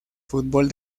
fútbol